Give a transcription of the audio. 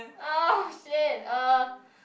uh !shit! uh